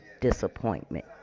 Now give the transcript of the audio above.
disappointment